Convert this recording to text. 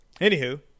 Anywho